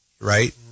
Right